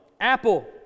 Apple